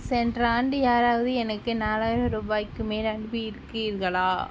சென்ற ஆண்டு யாராவது எனக்கு நாலாயிரம் ரூபாய்க்கு மேல் அனுப்பி இருக்கீறார்களா